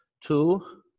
Two